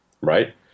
Right